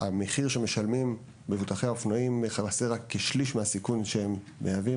המחיר שמשלמים מבוטחי האופנועים מכסה רק כשליש מהסיכון שמהווים,